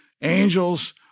angels